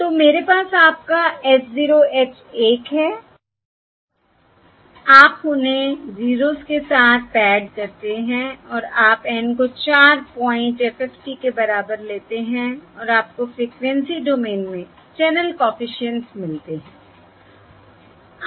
तो मेरे पास आपका h 0 h 1 है आप उन्हें 0s के साथ पैड करते हैं और आप N को 4 पॉइंट FFT के बराबर लेते हैं और आपको फ्रिकवेंसी डोमेन में चैनल कॉफिशिएंट्स मिलते हैं